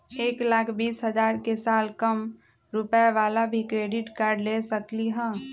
एक लाख बीस हजार के साल कम रुपयावाला भी क्रेडिट कार्ड ले सकली ह?